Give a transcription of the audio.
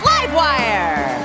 LiveWire